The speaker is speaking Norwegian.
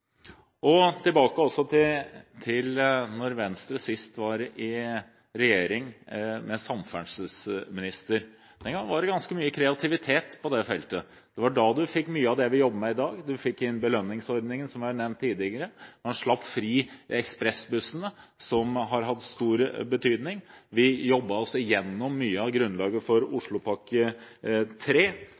Tilbake til da Venstre sist var i regjering og hadde samferdselsministeren. Den gangen var det ganske mye kreativitet på det feltet. Det var da man fikk mye av det vi jobber med i dag, man fikk inn belønningsordningen, som var nevnt tidligere. Man slapp fri ekspressbussene, som har hatt stor betydning, vi jobbet oss igjennom mye av grunnlaget for